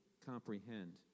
comprehend